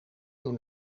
door